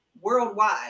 worldwide